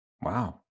Wow